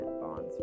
bonds